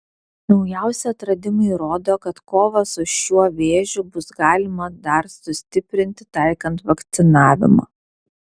naujausi atradimai rodo kad kovą su šiuo vėžiu bus galima dar sustiprinti taikant vakcinavimą